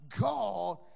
God